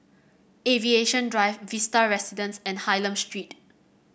Aviation Drive Vista Residences and Hylam Street